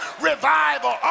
Revival